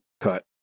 cut